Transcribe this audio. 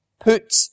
put